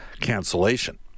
cancellation